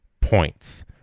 points